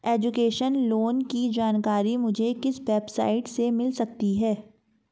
Education loan की जानकारी मुझे किस वेबसाइट से मिल सकती है?